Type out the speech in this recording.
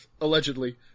Allegedly